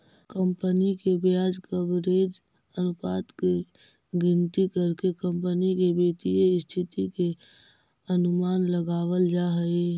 company के ब्याज coverage अनुपात के गिनती करके कंपनी के वित्तीय स्थिति के अनुमान लगावल जा हई